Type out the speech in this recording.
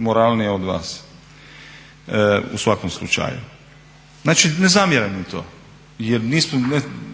moralnije od vas, u svakom slučaju. Znači ne zamjeram im to jer